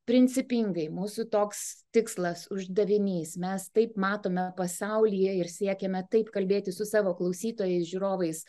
principingai mūsų toks tikslas uždavinys mes taip matome pasaulyje ir siekiame taip kalbėti su savo klausytojais žiūrovais